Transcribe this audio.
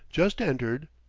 just entered,